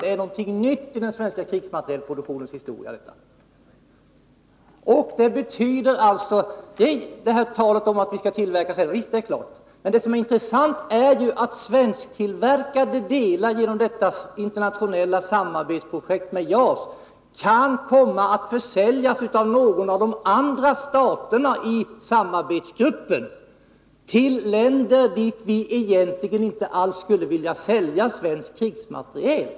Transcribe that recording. Detta är någonting nytt i den svenska krigsmaterielproduktionens historia. Det har talats om att vi skall tillverka här hemma. Visst är det klart. Men det intressanta är att svensktillverkade delar genom detta internationella samarbetsprojekt med JAS kan komma att försäljas av någon av de andra staterna i samarbetsgruppen till länder dit vi egentligen inte alls skulle vilja sälja svensk krigsmateriel.